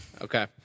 Okay